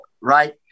right